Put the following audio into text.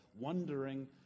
wondering